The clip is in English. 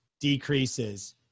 decreases